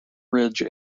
ridge